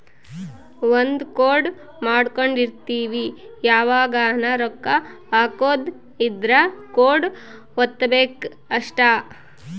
ಒಂದ ಕೋಡ್ ಮಾಡ್ಕೊಂಡಿರ್ತಿವಿ ಯಾವಗನ ರೊಕ್ಕ ಹಕೊದ್ ಇದ್ರ ಕೋಡ್ ವತ್ತಬೆಕ್ ಅಷ್ಟ